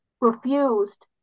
refused